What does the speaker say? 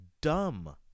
dumb